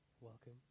Welcome